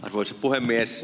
arvoisa puhemies